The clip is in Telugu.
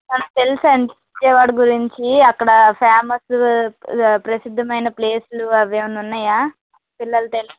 తెలుసా అండి విజయవాడ గురించి అక్కడ ఫేమస్ ప్రసిద్ధమైన ప్లేస్లు అవి ఏమన్న ఉన్నయా పిల్లలతో వెళ్ళడానికి